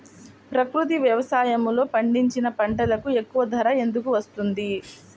ప్రకృతి వ్యవసాయములో పండించిన పంటలకు ఎక్కువ ధర ఎందుకు వస్తుంది?